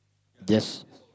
just